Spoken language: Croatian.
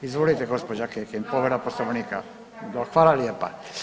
Izvolite gospođa Kekin, povreda Poslovnika … [[Upadica: Ne razumije se.]] hvala lijepa.